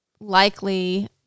likely